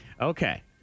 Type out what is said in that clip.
Okay